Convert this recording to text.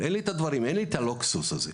אין לי את הלוקסוס הזה,